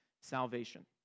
salvation